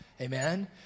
Amen